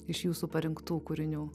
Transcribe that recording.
iš jūsų parinktų kūrinių